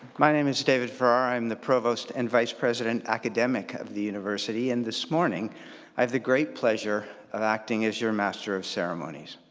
my name is david farrar, i'm the provost and vice-president academic of the university. and this morning i have the great pleasure of acting as your master of ceremonies.